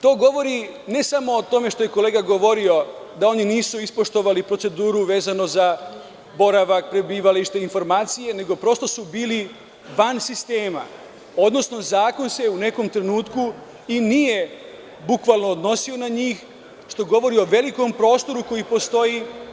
To govori ne samo o tome što je kolega govorio da oni nisu ispoštovali proceduru vezanu za boravak, prebavilište, informacije, nego su prosto bili van sistema, odnosno zakon se u nekom trenutku i nije bukvalno odnosio na njih, što govori o velikom prostoru koji postoji.